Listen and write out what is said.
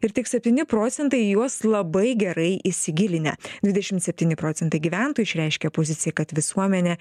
ir tik septyni procentai į juos labai gerai įsigilinę dvidešim septyni procentai gyventojų išreiškė poziciją kad visuomenė